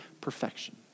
perfection